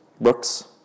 Brooks